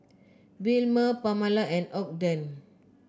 Wilmer Pamala and Ogden